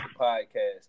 podcast